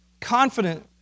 confident